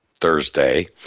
Thursday